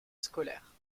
scolaire